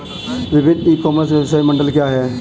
विभिन्न e commerce व्यवसाय model क्या हैं?